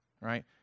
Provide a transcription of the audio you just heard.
right